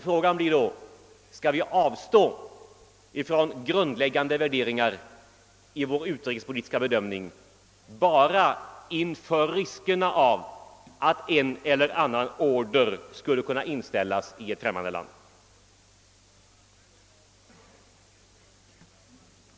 Frågan blir då: Skall vi avstå från grundläggande värderingar i vår utrikespolitiska bedömning bara inför riskerna av att en eller annan order till ett svenskt företag skulle kunna inställas i ett främmande land?